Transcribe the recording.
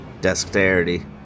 Dexterity